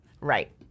Right